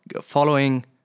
following